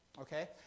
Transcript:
Okay